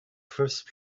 first